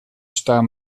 staan